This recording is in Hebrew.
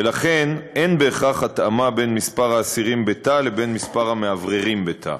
ולכן אין בהכרח התאמה בין מספר האסירים בתא לבין מספר המאווררים בתא.